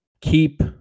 keep